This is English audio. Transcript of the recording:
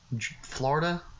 Florida